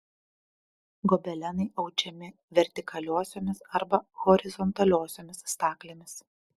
gobelenai audžiami vertikaliosiomis arba horizontaliosiomis staklėmis